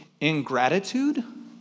ingratitude